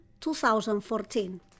2014